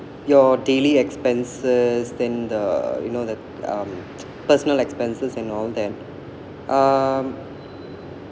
your daily expenses then the you know the um personal expenses and all that um